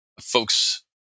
folks